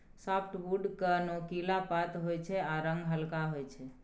softwood केँ नोकीला पात होइ छै आ रंग हल्का होइ छै